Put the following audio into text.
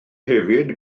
hefyd